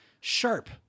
sharp